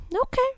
Okay